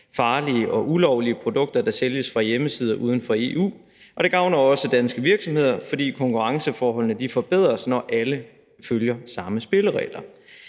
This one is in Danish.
farlige og ulovlige produkter, der sælges fra hjemmesider uden for EU, og det gavner også danske virksomheder, fordi konkurrenceforholdene forbedres, når alle følger samme spilleregler.